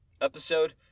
episode